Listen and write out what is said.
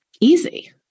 easy